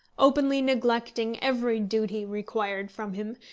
openly neglecting every duty required from him,